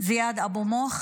זיאד אבו מוך,